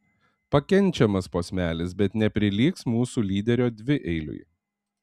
pakenčiamas posmelis bet neprilygs mūsų lyderio dvieiliui